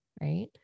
Right